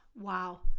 Wow